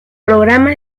programa